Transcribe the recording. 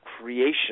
creation